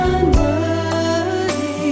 Unworthy